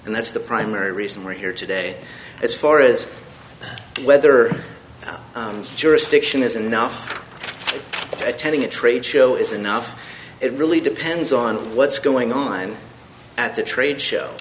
and that's the primary reason we're here today as far as whether jurisdiction is enough attending a trade show is enough it really depends on what's going on at the trade show